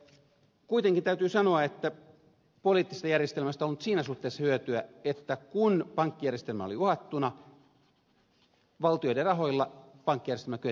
kuitenkin täytyy sanoa että poliittisesta järjestelmästä on ollut siinä suhteessa hyötyä että kun pankkijärjestelmä oli uhattuna valtioiden rahoilla pankkijärjestelmä kyettiin vakauttamaan